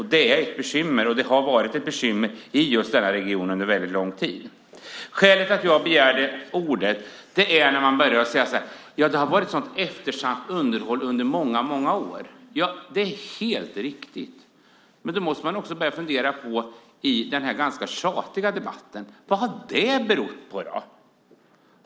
Det är ett bekymmer, och det har varit ett bekymmer i just den här regionen under väldigt lång tid. Skälet till att jag begärde ordet var att man sade att det har varit ett så eftersatt underhåll under många år. Ja, det är helt riktigt. Men då måste man också börja fundera på, i denna ganska tjatiga debatt: Vad har det berott på då?